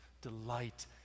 delight